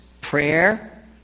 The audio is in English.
prayer